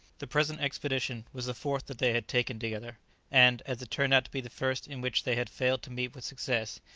the present expedition was the fourth that they had taken together and, as it turned out to be the first in which they had failed to meet with success,